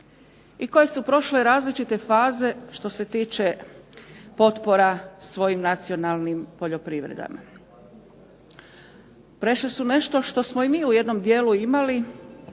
i koje su prošle različite faze što se tiče potpora svojim nacionalnim poljoprivredama. Prešle su nešto što smo i mi u jednom dijelu imali,